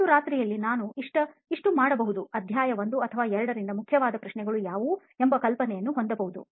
ಒಂದು ರಾತ್ರಿಯಲ್ಲಿ ನಾವು ಇಷ್ಟು ಮಾಡಬಹುದುಅಧ್ಯಾಯ 1 ಅಥವಾ 2 ರಿಂದ ಮುಖ್ಯವಾದ ಪ್ರಶ್ನೆಗಳು ಯಾವುವು ಎಂಬ ಕಲ್ಪನೆಯನ್ನು ಹೊಂದಬಹುದು